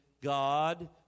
God